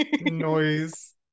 noise